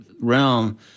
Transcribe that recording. realm